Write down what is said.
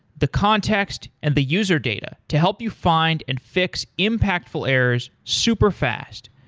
the context, and the user data to help you find and fix impactful errors super fast.